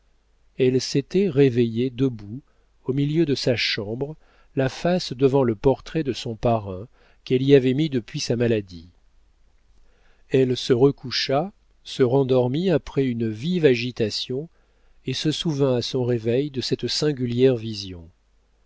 elle s'était réveillée debout au milieu de sa chambre la face devant le portrait de son parrain qu'elle y avait mis depuis sa maladie elle se recoucha se rendormit après une vive agitation et se souvint à son réveil de cette singulière vision